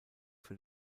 für